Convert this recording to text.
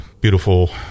beautiful